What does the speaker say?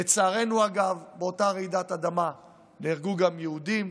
לצערנו, אגב, באותה רעידת אדמה נהרגו גם יהודים,